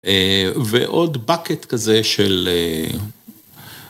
ועוד באקט כזה של...